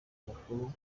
mukuru